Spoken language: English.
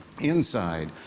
inside